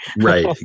Right